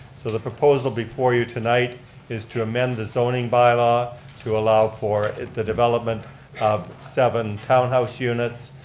so the proposal before you tonight is to amend the zoning by-law to allow for the development of seven townhouse units.